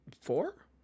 four